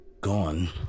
gone